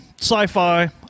Sci-fi